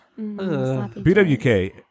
BWK